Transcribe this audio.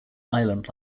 island